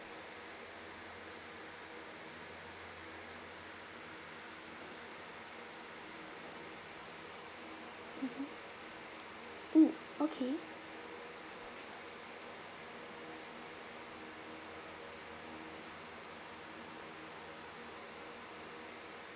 mmhmm mm okay